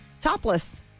Topless